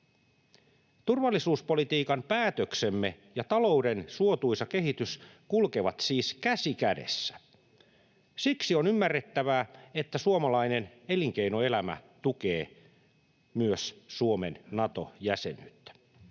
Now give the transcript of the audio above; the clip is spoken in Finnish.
Turvallisuuspolitiikan päätöksemme ja talouden suotuisa kehitys kulkevat siis käsi kädessä. Siksi on ymmärrettävää, että suomalainen elinkeinoelämä tukee myös Suomen Nato-jäsenyyttä.